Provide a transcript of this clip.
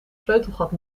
sleutelgat